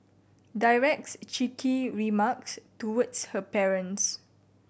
directs cheeky remarks towards her parents